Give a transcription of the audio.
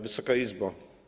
Wysoka Izbo!